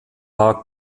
war